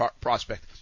prospect